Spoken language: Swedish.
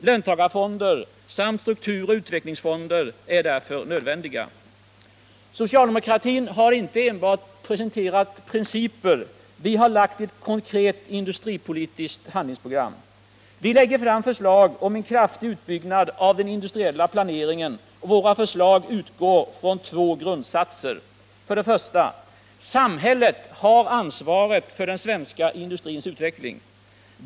Löntagarfonder samt strukturoch utvecklingsfonder är därför nödvändiga. Socialdemokratin har presenterat principer. Vi har ett konkret industripolitiskt handlingsprogram. Vi lägger fram förslag om en kraftig utbyggnad av den industripolitiska planeringen. Våra förslag utgår från två grundsatser: För det första: Det är i sista hand samhället som har ansvaret för den svenska industrins utveckling.